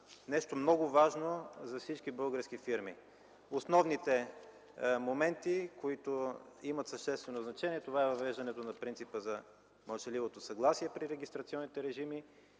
–нещо много важно за всички български фирми. Основните моменти, които имат съществено значение – това е въвеждането на принципа за мълчаливото съгласие при регистрационните режими